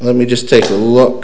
let me just take a look